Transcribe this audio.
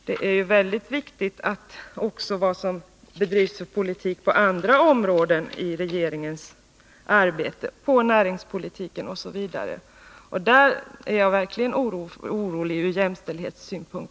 Det är alltså mycket viktigt vilken politik regeringen bedriver på andra områden, och där är jag verkligen orolig för vad som kommer att hända från jämställdhetssynpunkt.